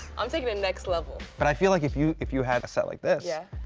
i'm taking it next level. but i feel like if you, if you had a set like this yeah.